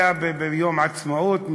זה היה ביום העצמאות,